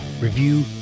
review